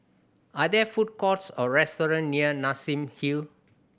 are there food courts or restaurant near Nassim Hill